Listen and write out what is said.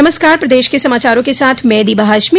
नमस्कार प्रदेश के समाचारों के साथ मैं दीबा हाशमी